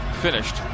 finished